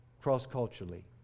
cross-culturally